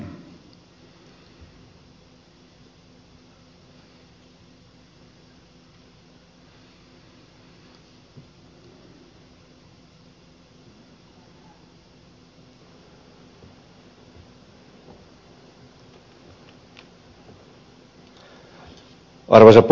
arvoisa puhemies